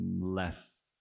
less